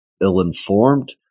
ill-informed